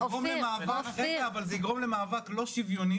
אפילו עלול לסכן את קיומו של בית החולים בני ציון בהמשך,